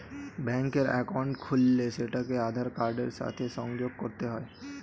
ব্যাঙ্কের অ্যাকাউন্ট খুললে সেটাকে আধার কার্ডের সাথে সংযোগ করতে হয়